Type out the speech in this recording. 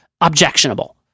objectionable